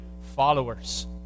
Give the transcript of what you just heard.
followers